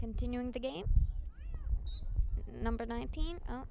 continuing the game number nineteen